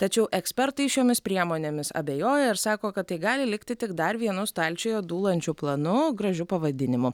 tačiau ekspertai šiomis priemonėmis abejoja ir sako kad tai gali likti tik dar vienu stalčiuje dūlančiu planu gražiu pavadinimu